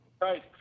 Right